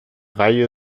reihe